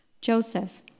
Joseph